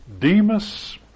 Demas